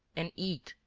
and eat,